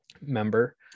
member